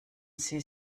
sie